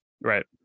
Right